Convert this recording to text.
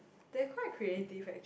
they quite creative actually